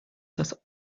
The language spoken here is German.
das